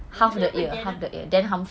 nama dia apa dan apa